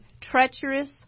treacherous